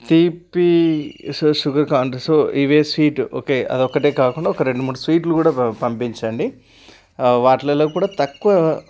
తీపి so sugar కావాలంటే so ఇవే స్వీట్ ఓకే అది ఒక్కటే కాకుండా ఒక రెండు మూడు స్వీట్లు కూడా ప పంపించండి వాటిల్లో కూడా తక్కువ